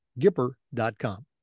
gipper.com